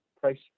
price